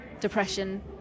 depression